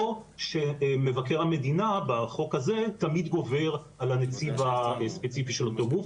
או שמבקר המדינה בחוק הזה תמיד גובר על הנציב הספציפי של אותו גוף,